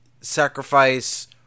sacrifice